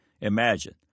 Imagine